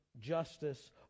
justice